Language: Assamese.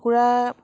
কুকুৰা